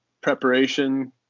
preparation